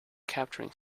capturing